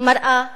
מראה